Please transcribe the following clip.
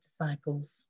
disciples